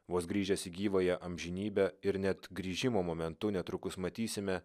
vos grįžęs į gyvąją amžinybę ir net grįžimo momentu netrukus matysime